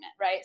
right